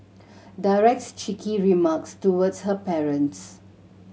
directs cheeky remarks towards her parents